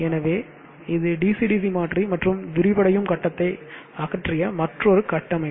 எனவே இது DC DC மாற்றி மற்றும் விரிவடையும் கட்டத்தை அகற்றிய மற்றொரு கட்டமைப்பு